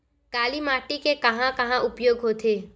काली माटी के कहां कहा उपयोग होथे?